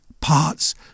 parts